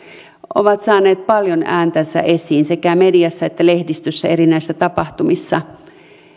ovat saaneet paljon ääntänsä esiin sekä mediassa että lehdistössä näissä eri tapahtumissa